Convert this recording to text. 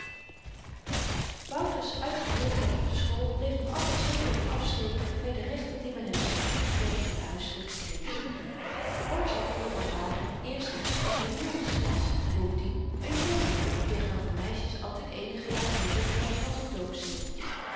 wouters uitgeleerdheid op de school bleef nog altyd zonderling afsteken by de rechten die men hem scheen toetekennen in den huiselyken kring de oorzaken hiervan waren eerstens dat hy de jongste was en bovendien n iongenn die tegenover meisjes altyd eenige jaren minder telt dan z'n